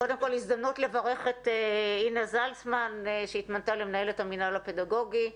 קודם כל הזדמנות לברך את אינה זלצמן שהתמנתה למנהלת המינהל הפדגוגי,